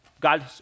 God